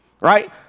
right